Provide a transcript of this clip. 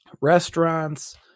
restaurants